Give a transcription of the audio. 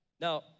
Now